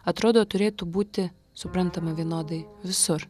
atrodo turėtų būti suprantama vienodai visur